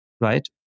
right